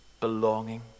belonging